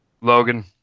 Logan